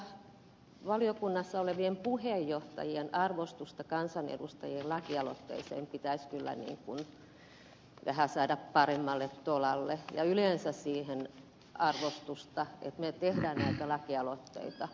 tämmöistä valiokunnassa olevien puheenjohtajien arvostusta kansanedustajien lakialoitetta kohtaan pitäisi kyllä vähän saada paremmalle tolalle ja yleensä siihen arvostusta että me teemme näitä lakialoitteita